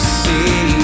see